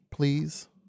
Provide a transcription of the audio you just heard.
please